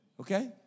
Okay